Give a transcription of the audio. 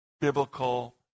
biblical